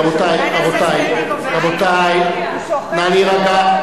רבותי, נא להירגע.